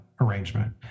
arrangement